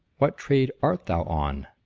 what trade art thou on?